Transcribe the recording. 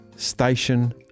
station